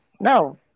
No